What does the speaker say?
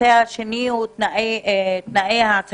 הנושא השני הוא תנאי העסקתם